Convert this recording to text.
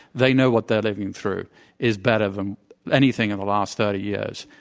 they know what they're living through is better than anything in the last thirty years.